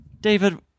David